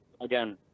again